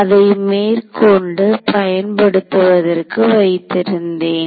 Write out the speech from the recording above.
அதை மேற்கொண்டு பயன்படுத்துவதற்காக வைத்திருக்கிறேன்